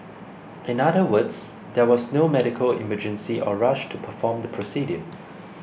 in other words there was no medical emergency or rush to perform the procedure